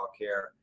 care